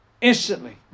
instantly